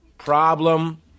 Problem